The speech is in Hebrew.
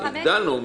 הגדלנו.